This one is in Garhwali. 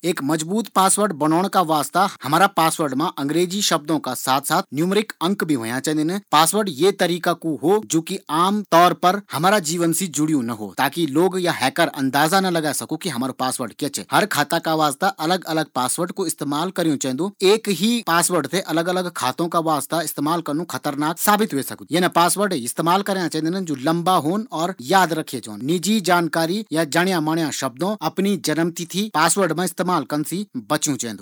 एक मज़बूत पासकोर्ड बणोण का वास्ता हमारा पासवर्ड मा अंग्रेजी शब्दों का साथ नुमेरिक भी होंया चैन्दिन। पासवर्ड यी तरीका कू हो जू कि आमतौर पर हमारा जीवन से जुड़यु ना हो ताकी लोग या हैकर अंदाजा ना लगे सको कि हमारु पासवर्ड क्या च। हर खाता का वास्ता अलग अलग पासवर्ड कू इस्तेमाल करियूँ चैन्दू। एक ही पासवर्ड अलग अलग खातों का वास्ता इस्तेमाल करनू खतरनाक साबित ह्वे सकदू। इना पासवर्ड इस्तेमाल करियां चैन्दीन जू लम्बा होन और याद रखै जौन। निजी जानकारियों, जाणियां पछाणियां शब्दों, अपणी जन्मतिथि पासवर्ड मा इस्तेमाल करना से बचयूं चैन्दू।